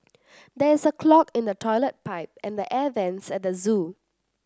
there is a clog in the toilet pipe and the air vents at the zoo